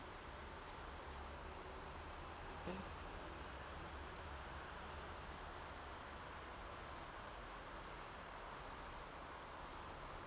mm